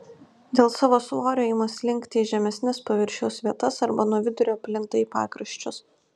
dėl savo svorio ima slinkti į žemesnes paviršiaus vietas arba nuo vidurio plinta į pakraščius